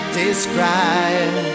describe